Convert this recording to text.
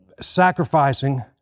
sacrificing